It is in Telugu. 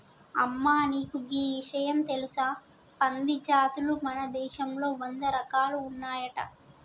అమ్మ నీకు గీ ఇషయం తెలుసా పంది జాతులు మన దేశంలో వంద రకాలు ఉన్నాయంట